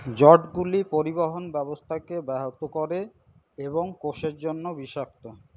জটগুলি পরিবহন ব্যবস্থাকে ব্যাহত করে এবং কোষের জন্য বিষাক্ত